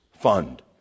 fund